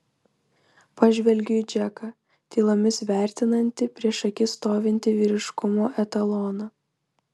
pažvelgiu į džeką tylomis vertinantį prieš akis stovintį vyriškumo etaloną